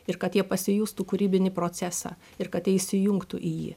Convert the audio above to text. ir kad jie pasijustų kūrybinį procesą ir kad jie įsijungtų į jį